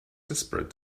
desperate